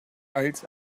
als